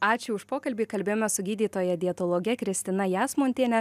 ačiū už pokalbį kalbėjome su gydytoja dietologe kristina jasmontiene